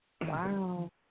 Wow